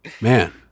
Man